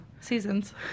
Seasons